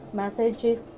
messages